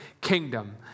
kingdom